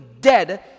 dead